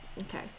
Okay